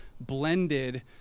blended